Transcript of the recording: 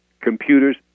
Computers